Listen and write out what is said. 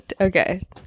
okay